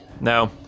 No